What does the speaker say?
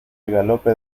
galope